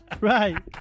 Right